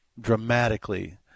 dramatically